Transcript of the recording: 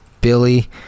Billy